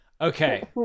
Okay